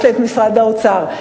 יש להם משרד האוצר.